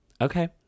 Okay